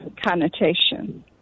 connotation